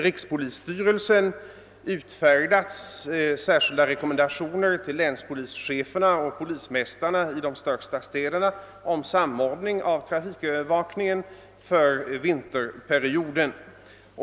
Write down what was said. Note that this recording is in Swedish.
Rikspolisstyrelsen har sålunda utfärdat särskilda rekommendationer till länspolischeferna och polismästarna i de största städerna om samordning av trafikövervakningen för vinterperioden.